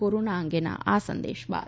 corona અંગેના આ સંદેશ બાદ